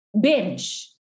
binge